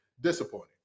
Disappointing